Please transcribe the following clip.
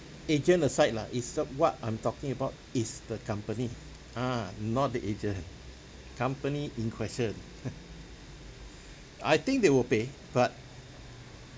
agent aside lah is uh what I'm talking about is the company ah not the agent company in question I think they will pay but